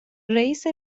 رییس